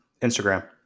Instagram